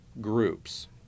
groups